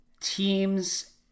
teams